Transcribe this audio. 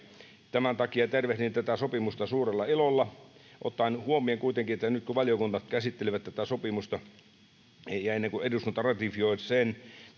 tämän takia tervehdin tätä sopimusta suurella ilolla ottaen huomioon kuitenkin että nyt valiokunnat käsittelevät tätä sopimusta ennen kuin eduskunta ratifioi sen